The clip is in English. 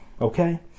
okay